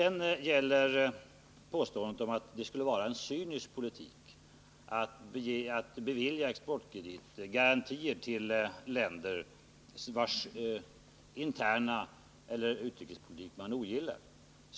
Hermansson anser att det är en cynisk politik att bevilja exportkreditgarantier till länder vilkas interna förhållanden eller utrikespolitik man ogillar.